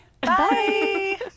Bye